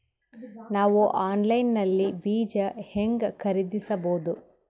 ನಾವು ಆನ್ಲೈನ್ ನಲ್ಲಿ ಬೀಜ ಹೆಂಗ ಖರೀದಿಸಬೋದ?